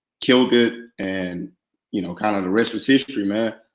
kill good. and you know kind of the rest was history, man.